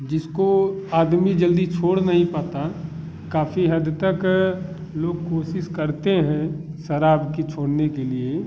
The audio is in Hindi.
जिसको आदमी जल्दी छोड़ नहीं पाता काफ़ी हद तक लोग कोशिश करते हैं शराब की छोड़ने के लिए